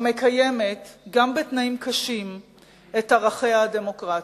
המקיימת גם בתנאים קשים את ערכיה הדמוקרטיים.